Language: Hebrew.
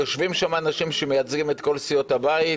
יושבים שם אנשים שמייצגים את כל סיעות הבית,